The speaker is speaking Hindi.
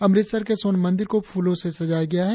अमृतसर के स्वर्ण मंदिर को फूलों से सजाया गया है